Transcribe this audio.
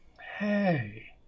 Hey